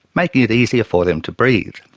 making it easier for them to breathe.